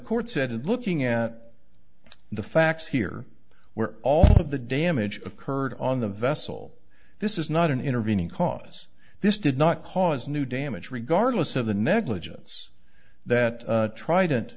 court said looking at the facts here where all of the damage occurred on the vessel this is not an intervening cause this did not cause new damage regardless of the negligence that